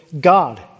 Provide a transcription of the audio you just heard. God